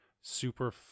super